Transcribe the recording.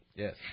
Yes